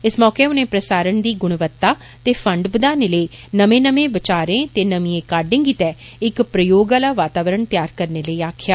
इस मौके उनें प्रसारण दी गुणवत्ता ते फंड बधाने लेई नमें नमें विचारें ते नमिएं काड्डें गितै इक प्रयोग आला वातावरण तैयार करने लेई आक्खेआ